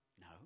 no